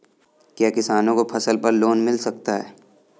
क्या किसानों को फसल पर लोन मिल सकता है?